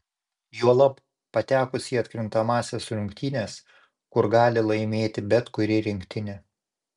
juolab patekus į atkrintamąsias rungtynes kur gali laimėti bet kuri rinktinė